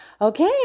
Okay